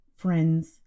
Friends